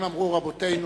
אם אמרו רבותינו: